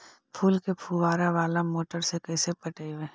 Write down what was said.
फूल के फुवारा बाला मोटर से कैसे पटइबै?